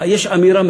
יש אמירה,